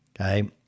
Okay